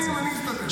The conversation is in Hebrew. מפגעים, אני אסתדר.